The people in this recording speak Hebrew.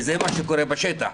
וזה מה שקורה בשטח.